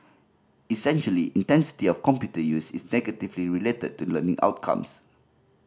essentially intensity of computer use is negatively related to learning outcomes